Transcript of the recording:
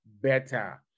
better